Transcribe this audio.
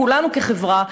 כולנו כחברה,